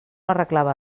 arreglava